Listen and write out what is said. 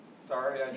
sorry